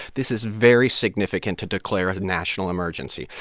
this is very significant to declare a national emergency.